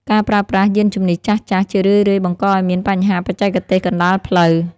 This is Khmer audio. ការប្រើប្រាស់យានជំនិះចាស់ៗ ជារឿយៗបង្កឱ្យមានបញ្ហាបច្ចេកទេសកណ្ដាលផ្លូវ។